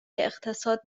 اقتصاد